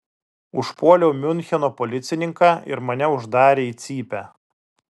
užpuoliau miuncheno policininką ir mane uždarė į cypę